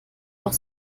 auf